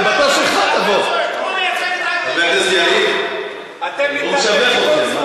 הוא מייצג רק, חבר הכנסת יריב, הוא משבח אתכם.